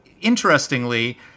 Interestingly